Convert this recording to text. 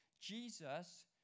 Jesus